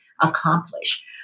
accomplish